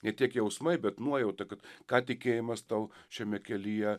ne tiek jausmai bet nuojauta kad ką tikėjimas tau šiame kelyje